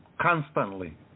constantly